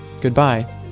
Goodbye